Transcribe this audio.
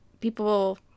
people